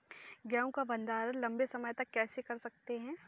गेहूँ का भण्डारण लंबे समय तक कैसे कर सकते हैं?